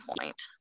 point